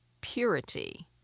purity